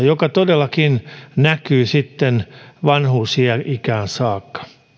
joka todellakin näkyy vanhuusikään saakka